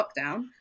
lockdown